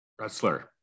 wrestler